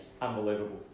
Unbelievable